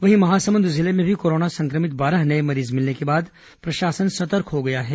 वहीं महासमुंद जिले में भी कोरोना संक्रमित बारह नए मरीज मिलने के बाद प्रशासन सतर्क हो गया है